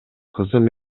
кызым